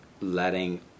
letting